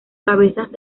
cabezas